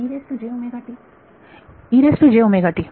विद्यार्थी